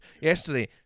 yesterday